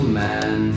man